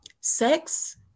sex